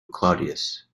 claudius